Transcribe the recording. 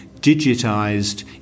digitized